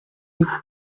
nous